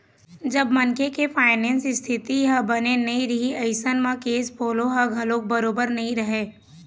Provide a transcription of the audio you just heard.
जब मनखे के फायनेंस इस्थिति ह बने नइ रइही अइसन म केस फोलो ह घलोक बरोबर बने नइ रहय